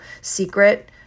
secret